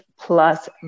plus